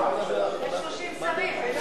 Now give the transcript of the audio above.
אדוני, יש שלושים שרים.